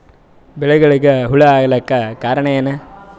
ಬೆಳಿಗೊಳಿಗ ಹುಳ ಆಲಕ್ಕ ಕಾರಣಯೇನು?